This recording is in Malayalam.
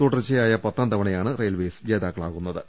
തുടർച്ചയായ പത്താം തവണയാണ് റെയിൽവെയ്സ് ജേതാക്കളാകു ന്നത്